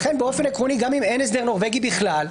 באופן עקרוני, גם אם אין הסדר נורבגי בכלל,